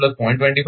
35 0